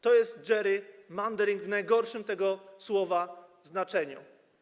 To jest gerrymandering w najgorszym tego słowa znaczeniu.